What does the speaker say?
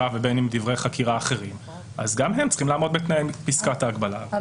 ובין אם בדברי חקירה אחרים - גם הם צריכים לעמוד בתנאי פסקת ההגבלה.